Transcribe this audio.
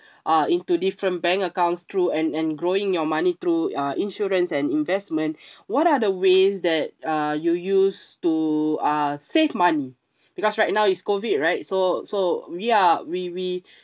uh into different bank accounts through and and growing your money through uh insurance and investment what are the ways that uh you use to uh save money because right now it's COVID right so so we are we we